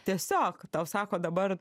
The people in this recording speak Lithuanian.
tiesiog tau sako dabar